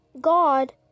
God